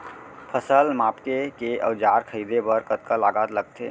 फसल मापके के औज़ार खरीदे बर कतका लागत लगथे?